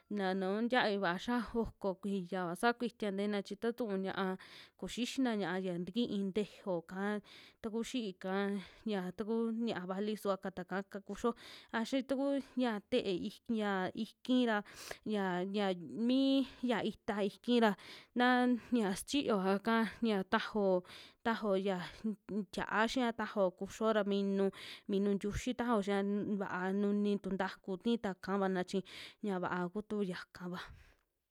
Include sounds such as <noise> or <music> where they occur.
Na nu tiavi vaa xia oko kuiya saa kuita teena chi taku tuu ñiaa koxixina, ña'a ya tikin tejeoka taku xi'íka, a ya taku ñia'a vali suvata ka ta kaa kuxio, a xii taku ya te'é ik ya ikii ra <noise> ya, ya miya ya iki ra nan ya xichiyoa'ka ña tajao, tajao ya unk unk <unintelligible> tia'a xia tajao kuxio ra minu, munu ntiuxi tajao xia un vaa nuni tu ntaku tii tua kavana chi ñaa va'a tuku yakava.